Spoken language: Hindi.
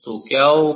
तो क्या होगा